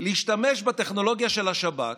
להשתמש בטכנולוגיה של השב"כ,